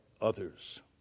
others